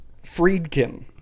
Friedkin